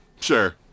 Sure